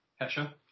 Hesha